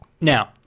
Now